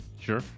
Sure